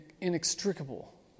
inextricable